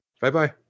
Bye-bye